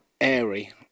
Airy